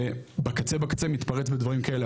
שבקצה בקצה מתפרץ בדברים כאלה,